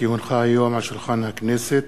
כי הונח היום על שולחן הכנסת,